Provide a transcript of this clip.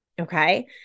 Okay